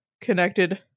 connected